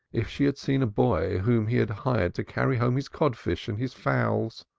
if she had seen a boy whom he had hired to carry home his codfish and his fowls,